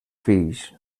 fills